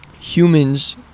Humans